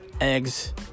eggs